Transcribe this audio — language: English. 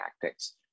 tactics